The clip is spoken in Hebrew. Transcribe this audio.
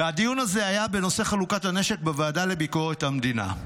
והדיון הזה היה בנושא חלוקת הנשק בוועדה לביקורת המדינה.